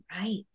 right